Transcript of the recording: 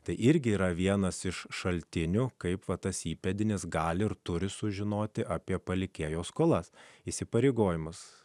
tai irgi yra vienas iš šaltinių kaip va tas įpėdinis gali ir turi sužinoti apie palikėjo skolas įsipareigojimus